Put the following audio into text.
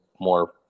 more